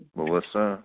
Melissa